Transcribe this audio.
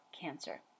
cancer